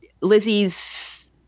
lizzie's